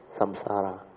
samsara